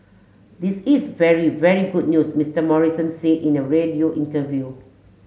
this is very very good news Mister Morrison said in a radio interview